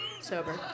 Sober